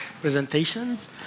presentations